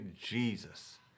Jesus